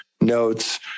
notes